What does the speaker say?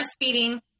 breastfeeding